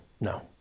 no